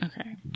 okay